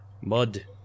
Mud